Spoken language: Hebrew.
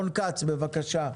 רון כץ, בבקשה.